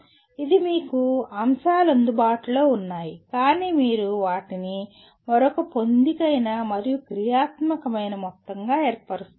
ఇది మీకు అంశాలు అందుబాటులో ఉన్నాయి కానీ మీరు వాటిని మరొక పొందికైన మరియు క్రియాత్మకమైన మొత్తంగా ఏర్పరుస్తున్నారు